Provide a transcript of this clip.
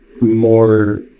more